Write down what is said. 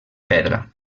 pedra